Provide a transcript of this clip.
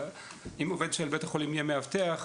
כי אם עובד של בית החולים יהיה מאבטח,